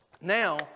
Now